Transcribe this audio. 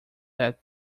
that